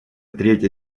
третья